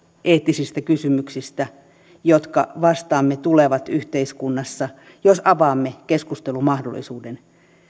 eettisistä kysymyksistä jotka vastaamme tulevat yhteiskunnassa jos avaamme keskustelumahdollisuuden